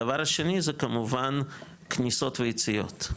הדבר השני זה כמובן, כניסות ויציאות,